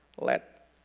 let